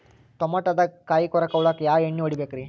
ಟಮಾಟೊದಾಗ ಕಾಯಿಕೊರಕ ಹುಳಕ್ಕ ಯಾವ ಎಣ್ಣಿ ಹೊಡಿಬೇಕ್ರೇ?